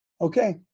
Okay